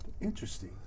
Interesting